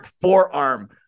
forearm